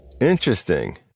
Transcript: Interesting